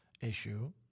issue